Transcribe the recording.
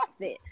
crossfit